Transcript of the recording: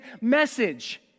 message